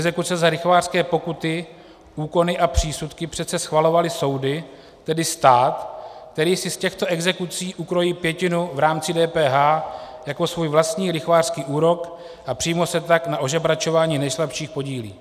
Exekuce za lichvářské pokuty, úkony a přísudky přece schvalovaly soudy, tedy stát, který si z těchto exekucí ukrojí pětinu v rámci DPH jako svůj vlastní lichvářský úrok, a přímo se tak na ožebračování nejslabších podílí.